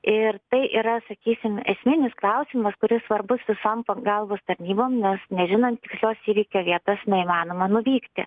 ir tai yra sakysim esminis klausimas kuris svarbus visom pagalbos tarnybom nes nežinant visos įvykio vietos neįmanoma nuvykti